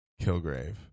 Kilgrave